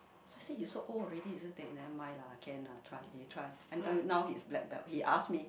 so I say he so old already he still take never mind lah can lah try he try then tell you now he black belt he ask me